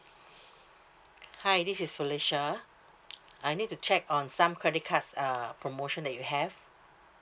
hi this is felicia I need to check on some credit cards uh promotion that you have